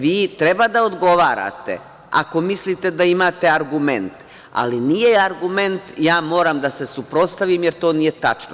Vi treba da odgovarate, ako mislite da imate argument, ali nije argument, ja moram da se suprotstavim jer to nije tačno.